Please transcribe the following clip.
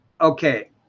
okay